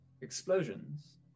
explosions